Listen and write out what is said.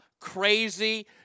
crazy